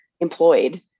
employed